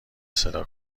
صدا